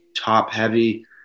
top-heavy